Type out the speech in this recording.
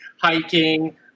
hiking